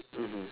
mmhmm